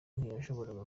ntiyashoboraga